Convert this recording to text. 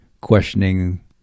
questioning